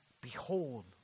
Behold